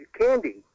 Candy